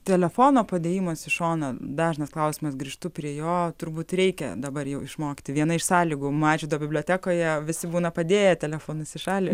telefono padėjimas į šoną dažnas klausimas grįžtu prie jo turbūt reikia dabar jau išmokti viena iš sąlygų mažvydo bibliotekoje visi būna padėję telefonus į šalį